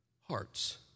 hearts